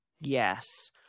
Yes